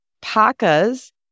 Pacas